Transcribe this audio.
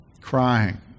crying